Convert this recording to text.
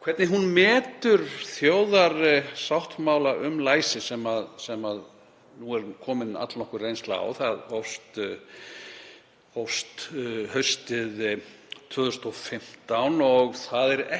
hvernig hún metur þjóðarsáttmála um læsi sem nú er komin allnokkur reynsla á. Átakið hófst haustið 2015 og